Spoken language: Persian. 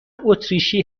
اتریشی